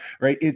right